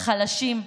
לחלשים,